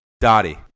Dottie